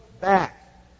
back